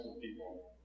people